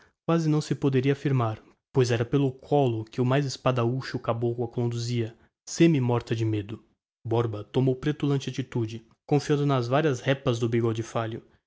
quasi não se poderia affirmar pois era ao collo que o mais espadaúdo caboclo a conduzia semi morta de mêdo borba tomou petulante attitude cofiando as raras répas do bigode falho